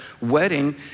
wedding